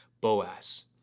Boaz